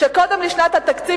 שקודם לשנת התקציב,